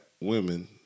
women